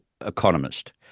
economist